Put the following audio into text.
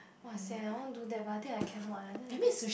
!wah! sian I want do that but I think I cannot eh then again